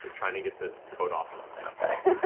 trying to get the coat off.